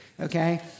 okay